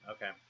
Okay